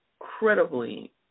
incredibly